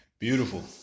Beautiful